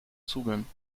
zugang